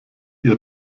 ihr